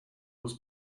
was